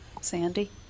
Sandy